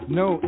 no